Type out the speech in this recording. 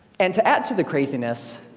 and to add to the craziness,